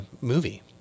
movie